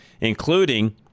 including